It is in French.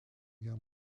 guerre